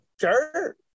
sure